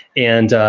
and